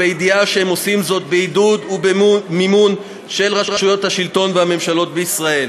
בידיעה שהם עושים זאת בעידוד ובמימון של רשויות השלטון והממשלות בישראל.